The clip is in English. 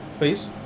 Please